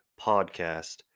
podcast